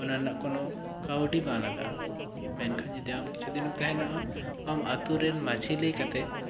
ᱚᱱᱟ ᱨᱮᱱᱟᱜ ᱠᱚᱱᱚ ᱠᱟᱹᱣᱰᱤ ᱵᱟᱝ ᱞᱟᱜᱟᱜᱼᱟ ᱢᱮᱱᱠᱷᱟᱱ ᱡᱩᱫᱤ ᱟᱢ ᱠᱤᱪᱷᱩ ᱫᱤᱱ ᱮᱢ ᱛᱟᱦᱮᱱᱟ ᱟᱢ ᱟᱛᱳ ᱨᱮᱱ ᱢᱟᱺᱡᱷᱤ ᱞᱟᱭ ᱠᱟᱛᱮ